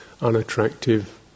unattractive